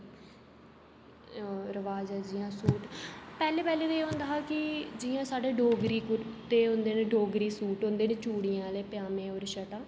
रवाज़ ऐ जि'यां सूट पैह्लें पैह्लें ते एह् होंदा हा कि जि'यां साढे़ डोगरी कुर्ते होंदे न डोगरी सूट होंदे न चुड़ियां आह्ले पजामें होर शर्टां